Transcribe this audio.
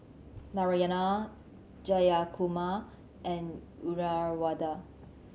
Narayana Jayakumar and Uyyalawada